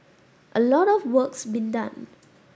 a lot of work's been done